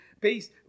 peace